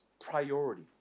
priority